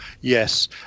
yes